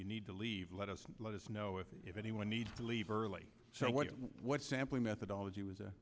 you need to leave let us let us know if if anyone needs to leave early so what what sampling methodology was